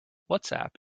whatsapp